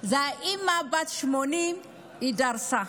האימא בת ה-80 דרסה.